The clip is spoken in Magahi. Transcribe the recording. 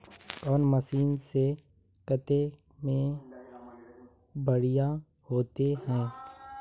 कौन मशीन से कते में बढ़िया होते है?